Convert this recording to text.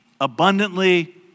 abundantly